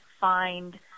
find